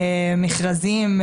מכרזים,